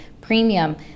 premium